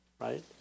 right